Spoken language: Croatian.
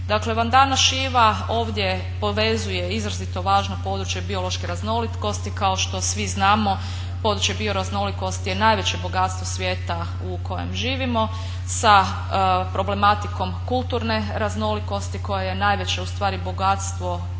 Vandana Shiva ovdje povezuje izrazito važno područje biološke raznolikosti. Kao što svi znamo područje bioraznolikosti je najveće bogatstvo svijeta u kojem živimo sa problematikom kulturne raznolikosti koja je najveće u stvari bogatstvo